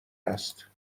است